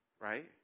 right